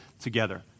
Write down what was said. together